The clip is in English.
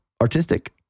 artistic